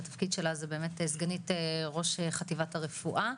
שהתפקיד שלה זה באמת סגנית ראש חטיבת הרפואה.